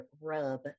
rub